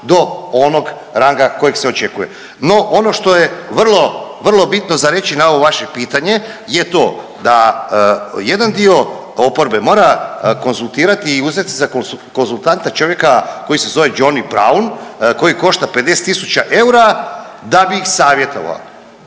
do onog ranga kojeg se očekuje. No, ono što je vrlo, vrlo bitno za reći na ovo vaše pitanje je to da jedan dio oporbe mora konzultirati i uzeti si za konzultanta čovjeka koji se zove Johnny Braun koji košta 50 tisuća eura da bi ih savjetovao.